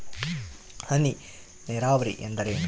ಹನಿ ನೇರಾವರಿ ಎಂದರೇನು?